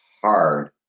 hard